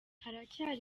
haracyari